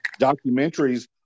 Documentaries